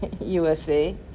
usa